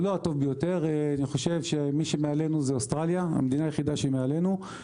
לא הטוב ביותר המדינה היחידה שמעלינו היא אוסטרליה,